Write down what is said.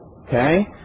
okay